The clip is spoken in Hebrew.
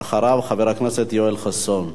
ואחריו, חבר הכנסת יואל חסון.